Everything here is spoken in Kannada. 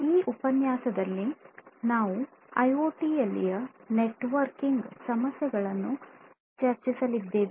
ಈ ಉಪನ್ಯಾಸದಲ್ಲಿ ನಾವು ಐಒಟಿಯಲ್ಲಿನ ನೆಟ್ವರ್ಕಿಂಗ್ ಸಮಸ್ಯೆಗಳನ್ನು ಚರ್ಚಿಸಲಿದ್ದೇವೆ